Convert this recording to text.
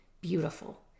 beautiful